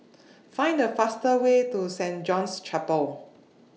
Find The fastest Way to Saint John's Chapel